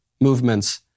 movements